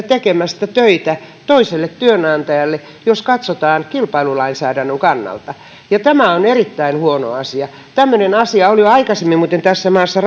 tekemästä töitä toiselle työnantajalle jos katsotaan kilpailulainsäädännön kannalta ja tämä on erittäin huono asia tämmöinen asia muuten oli jo aikaisemmin tässä maassa